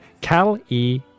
Cal-E